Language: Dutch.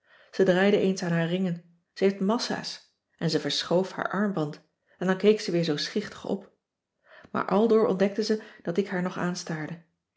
ze draaide eens aan haar ringen ze heeft massa's en ze verschoof haar armband en dan keek ze weer zoo schichtig op maar aldoor ontdekte ze dat ik haar nog aanstaarde